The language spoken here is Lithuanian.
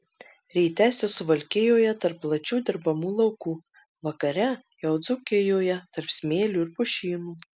ryte esi suvalkijoje tarp plačių dirbamų laukų vakare jau dzūkijoje tarp smėlių ir pušynų